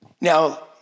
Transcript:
Now